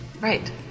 Right